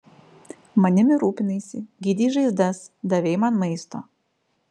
manimi rūpinaisi gydei žaizdas davei man maisto